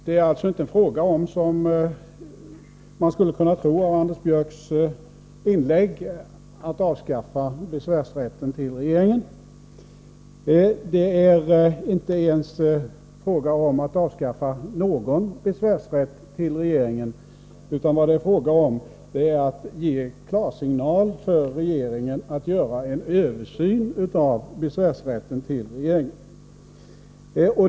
Det är alltså inte fråga om, som man skulle kunna tro av Anders Björcks inlägg, att avskaffa besvärsrätten till regeringen. Det är inte ens fråga om att avskaffa någon besvärsrätt alls till regeringen, utan om att ge klarsignal för regeringen att göra en översyn av denna besvärsrätt.